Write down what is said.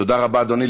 תודה רבה, אדוני.